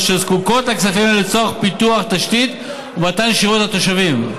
אשר זקוקות לכספים אלו לצורך פיתוח תשתיות ומתן שירות לתושבים.